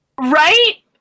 right